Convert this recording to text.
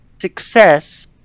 success